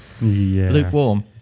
lukewarm